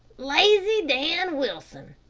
lazy dan wilson.